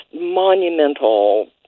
monumental